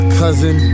cousin